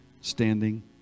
standing